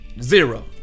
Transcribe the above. zero